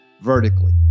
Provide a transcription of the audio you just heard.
vertically